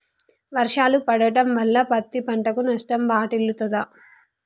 వర్షాలు పడటం వల్ల పత్తి పంటకు నష్టం వాటిల్లుతదా?